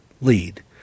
lead